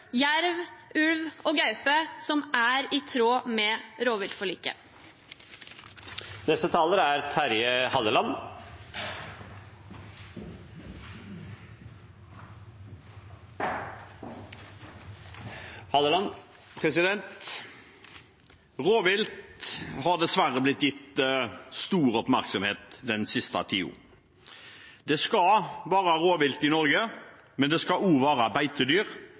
jerv, ulv og gaupe som er i tråd med rovviltforliket. Rovvilt har dessverre blitt gitt stor oppmerksomhet den siste tiden. Det skal være rovvilt i Norge, men det skal også være beitedyr,